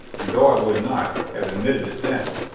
and though i would not, have admitted it then,